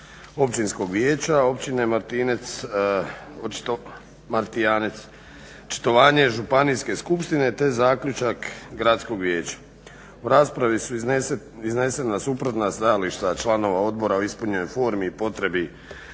općinskog vijeća Općine Martijanec, očitovanje županijske skupštine te zaključak gradskog vijeća. U raspravi su iznesena suprotna stajališta članova odbora o ispunjenoj formi i potrebi